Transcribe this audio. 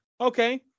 Okay